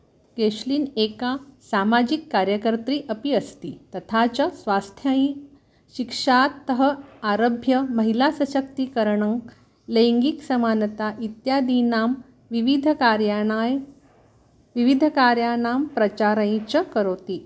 केश्लिन् एका सामाजिककार्यकर्त्री अपि अस्ति तथा च स्वास्थ्यायै शिक्षातः आरभ्य महिलाशक्तिकरणं लैङ्गिकसमानता इत्यादीनां विविधकार्याणाय् विविधकार्याणां प्रचारं च करोति